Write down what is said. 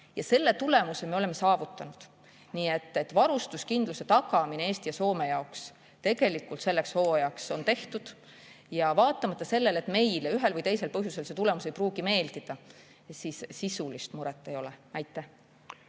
Selle tulemuse me oleme saavutanud. Nii et varustuskindlus Eesti ja Soome jaoks selleks hooajaks on tagatud. Vaatamata sellele, et meile ühel või teisel põhjusel see tulemus ei pruugi meeldida, sisulist muret ei ole. Rene